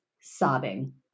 sobbing